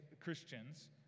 Christians